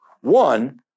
One